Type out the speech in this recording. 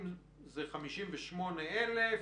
יש מסלול ערעור גם על חקירה אפידמיולוגית.